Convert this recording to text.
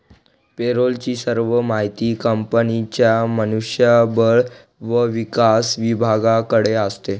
पे role ची सर्व माहिती कंपनीच्या मनुष्य बळ व विकास विभागाकडे असते